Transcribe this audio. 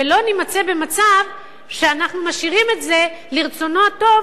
ולא נימצא במצב שאנחנו משאירים את זה לרצונו הטוב